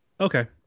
Okay